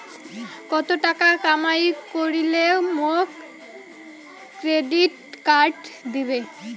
কত টাকা কামাই করিলে মোক ক্রেডিট কার্ড দিবে?